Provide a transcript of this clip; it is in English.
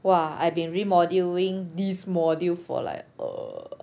!wah! I been re-module-ing this module for like err